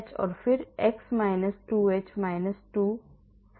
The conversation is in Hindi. तो यह आता है यह यह खुला ब्रैकेट 12 वर्ग इन सभी जगहों पर आ रहा है जो मुझे याद नहीं था